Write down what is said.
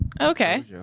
Okay